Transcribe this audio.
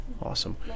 Awesome